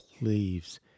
leaves